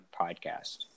podcast